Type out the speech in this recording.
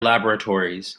laboratories